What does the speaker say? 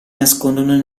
nascondono